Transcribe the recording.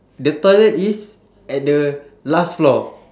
the toilet is at the last floor